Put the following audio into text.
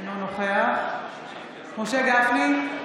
אינו נוכח משה גפני,